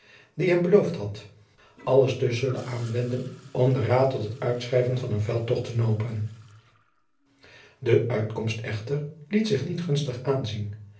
die hem beloofd had alles te zullen aanwenden om den raad tot het uitschrijven van een veldtocht te nopen de uitkomst echter liet zich niet gunstig aanzien